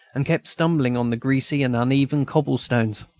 and kept stumbling on the greasy and uneven cobble-stones.